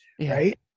right